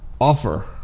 offer